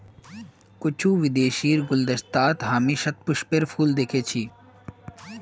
कुछू विदेशीर गुलदस्तात हामी शतपुष्पेर फूल दखिल छि